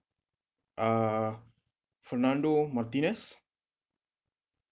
uh fernando martinez